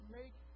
make